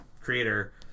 Creator